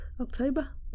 October